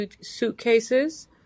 suitcases